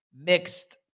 mixed